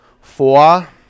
Four